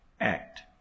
act